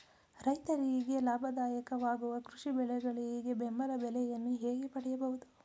ರೈತರಿಗೆ ಲಾಭದಾಯಕ ವಾಗುವ ಕೃಷಿ ಬೆಳೆಗಳಿಗೆ ಬೆಂಬಲ ಬೆಲೆಯನ್ನು ಹೇಗೆ ಪಡೆಯಬಹುದು?